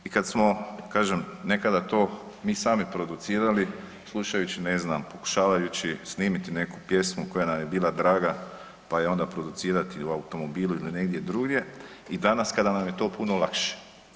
I kad smo, kažem, nekada to mi sami producirali slušajući, ne znam, pokušavajući snimiti neku pjesmu koja nam je bila draga, pa je onda producirati u automobilu ili negdje drugdje i danas kada nam je to puno lakše.